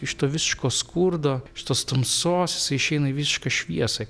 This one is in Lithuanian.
iš to visiško skurdo šitos tamsos jisai išeina į visišką šviesą